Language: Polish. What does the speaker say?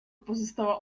pozostała